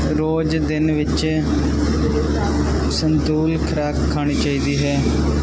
ਰੋਜ਼ ਦਿਨ ਵਿੱਚ ਸੰਤੁਲਿਤ ਖੁਰਾਕ ਖਾਣੀ ਚਾਹੀਦੀ ਹੈ